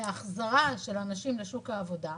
להחזרה של האנשים לשוק העבודה,